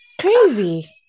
crazy